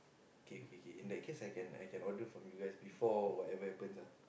okay okay okay in that case I can I cannot do for any of you guys before anything happen ah